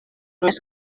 més